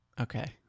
okay